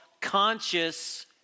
conscious